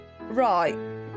right